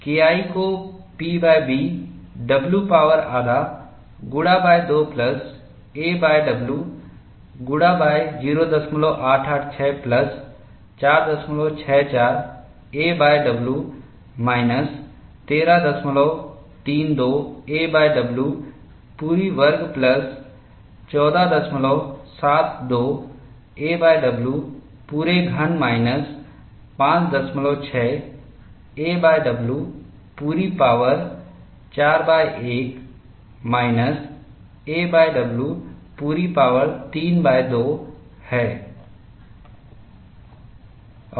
KI को PB w power आधा गुणा दो प्लस aw गुणा 0886 प्लस 464 aw माइनस 1332 aw पूरी वर्ग प्लस 1472 aw पूरे घन माइनस 56 aw पूरी पॉवर 41 माइनस aw पूरी पॉवर 32 है